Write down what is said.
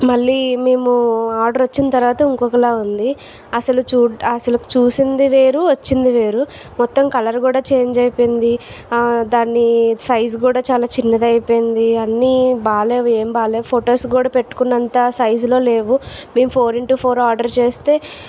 మళ్లీ మేము ఆర్డర్ వచ్చిన తర్వాత ఇంకొకలా ఉంది అసలు చూ అసలు చూసింది వేరు వచ్చింది వేరు మొత్తం కలర్ కూడా చేంజ్ అయిపోయింది దాన్ని సైజు కూడా చాలా చిన్నది అయిపోయింది అన్ని బాగాలేవు ఏం బాగాలేవు ఫోటోస్ కూడా పెట్టుకున్నంత సైజులో లేవు మేము ఫోర్ ఇంటూ ఫోర్ ఆర్డర్ చేస్తే